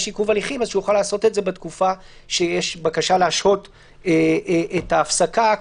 עיכוב הליכים שיוכל לעשות את זה בתקופה שיש בקשה להשהות את ההפסקה,